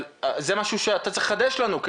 אבל זה משהו שאתה צריך לחדש לנו כי